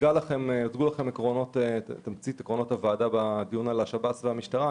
הוצגה לכם תמצית של עקרונות הוועדה בדיון על שב"ס והמשטרה,